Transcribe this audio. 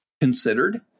considered